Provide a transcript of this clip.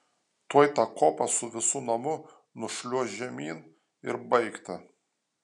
tuoj tą kopą su visu namu nušliuoš žemyn ir baigta